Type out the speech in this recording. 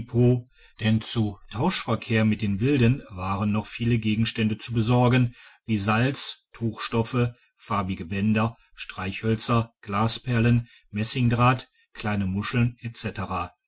denn zu tauschverkehr mit den wilden waren noch viele gegenstände zu besorgen wie salz tuchstoffe farbige bänder streichhölzer glasperlen messingdraht kleine muscheln